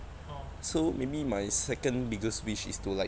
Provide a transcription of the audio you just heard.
so maybe my second biggest wish is to like